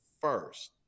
first